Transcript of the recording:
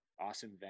awesome